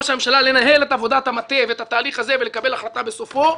הממשלה לנהל את עבודת המטה ואת התהליך הזה ולקבל החלטה בסופו,